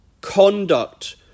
conduct